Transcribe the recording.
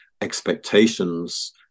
expectations